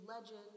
legend